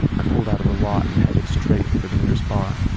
i pulled out of the lot and headed straight for the nearest bar.